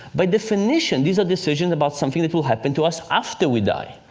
by definition, these are decisions about something that will happen to us after we die.